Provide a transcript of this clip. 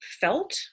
felt